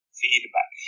feedback